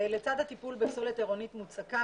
לצד הטיפול בפסולת עירונית מוצקה,